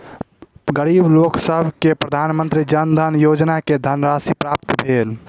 गरीब लोकसभ के प्रधानमंत्री जन धन योजना के धनराशि प्राप्त भेल